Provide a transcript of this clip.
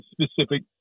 specific